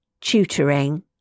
tutoring